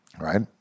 right